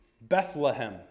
Bethlehem